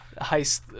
Heist